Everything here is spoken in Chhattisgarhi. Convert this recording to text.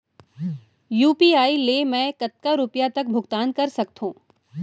यू.पी.आई ले मैं कतका रुपिया तक भुगतान कर सकथों